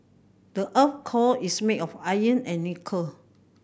the earth's core is made of iron and nickel